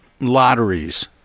lotteries